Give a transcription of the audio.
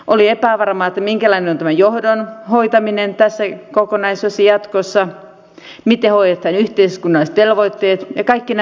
oli epävarmaa minkälainen on tämä johdon hoitaminen tässä kokonaisuudessa jatkossa ja miten hoidetaan yhteiskunnalliset velvoitteet ja kaikki nämä asiat